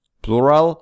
plural